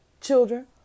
children